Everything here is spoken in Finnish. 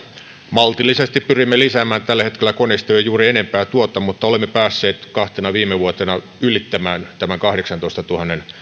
maltillisesti pyrimme lisäämään tällä hetkellä koneisto ei juuri enempää tuota mutta olemme päässeet kahtena viime vuotena ylittämään tämän kahdeksantoistatuhannen